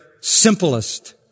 simplest